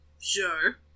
Sure